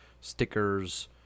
stickers